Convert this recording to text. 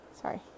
Sorry